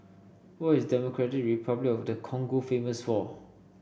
what is Democratic Republic of the Congo famous for